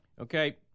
okay